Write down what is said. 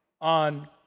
on